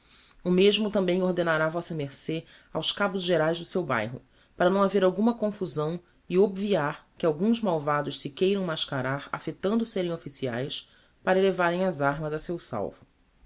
o mesmo tambem ordenará vm ce aos cabos geraes do seu bairro para não haver alguma confuzão e obviar que alguns malvados se queiram mascarar affectando serem officiaes para levarem as armas a seu salvo